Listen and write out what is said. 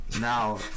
now